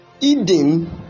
Eden